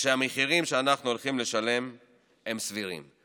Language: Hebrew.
ושהמחירים שאנחנו הולכים לשלם הם סבירים.